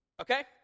okay